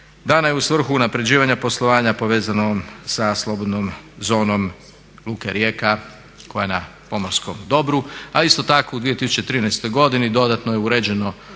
dana je u svrhu unapređivanja poslovanja povezano sa slobodnom zonom Luke Rijeka koja je na pomorskom dobru a isto tako u 2013. dodatno je uređeno